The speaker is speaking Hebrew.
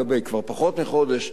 כבר פחות מחודש,